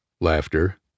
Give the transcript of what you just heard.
Laughter